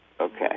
Okay